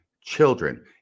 children